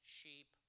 sheep